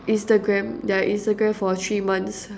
Instagram their Instagram for three months